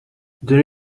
there